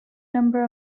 number